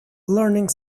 learning